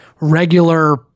regular